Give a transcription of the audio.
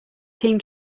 team